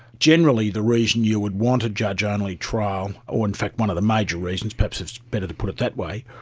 generally the reason you would want a judge-only trial, or in fact one of the major reasons, perhaps it's better to put it that way,